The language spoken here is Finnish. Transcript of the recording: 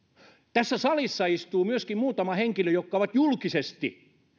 tässä salissa istuu myöskin muutama henkilö jotka ovat julkisesti